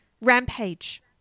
Rampage